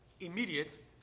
Immediate